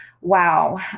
Wow